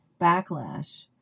backlash